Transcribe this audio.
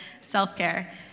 self-care